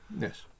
Yes